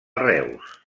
reus